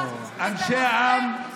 אינו נוכח יום טוב חי כלפון,